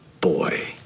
boy